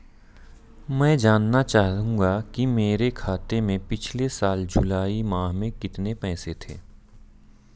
मैं जानना चाहूंगा कि मेरे खाते में पिछले साल जुलाई माह में कितने पैसे थे?